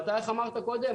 איך אמרת קודם?